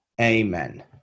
amen